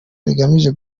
rigamije